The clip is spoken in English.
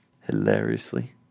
Hilariously